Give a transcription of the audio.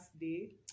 day